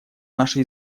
наши